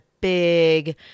big